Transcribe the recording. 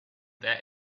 that